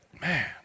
Man